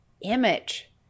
image